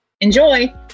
Enjoy